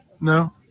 No